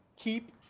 keep